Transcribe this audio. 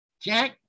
Jack –